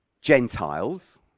Gentiles